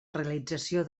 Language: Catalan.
realització